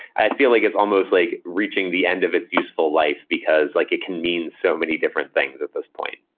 i feel like it's almost like reaching the end of its useful life because like it can mean so many different things at this point.